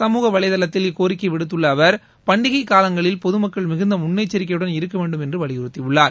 சமூக வலைதளத்தில் இக்கோரிக்கையை விடுத்துள்ள அவர் பண்டிகை காலங்களில் பொதுமக்கள் மிகுந்த முன்னெச்சரிக்கையுட்ன இருக்க வேண்டும் என்று வலியுறுத்தியுள்ளார்